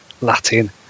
Latin